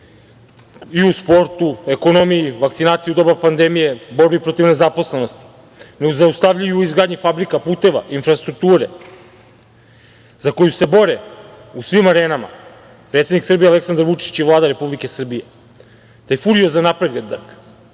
u sportu, u ekonomiji, vakcinaciji u doba pandemije, u borbi protiv nezaposlenosti, nezaustavljivi u izgradnji fabrika, puteva, infrastrukture za koju se bore u svim arenama predsednik Srbije Aleksandar Vučić i Vlada Republike Srbije. Taj furiozan napredak